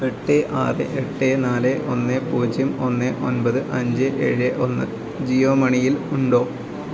എട്ട് ആറ് എട്ട് നാല് ഒന്ന് പൂജ്യം ഒന്ന് ഒൻപത് അഞ്ച് ഏഴ് ഒന്ന് ജിയോ മണിയിൽ ഉണ്ടോ